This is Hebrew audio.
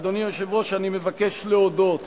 אדוני היושב-ראש, אני מבקש להודות